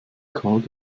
kahl